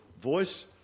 voice